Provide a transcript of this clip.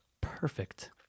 perfect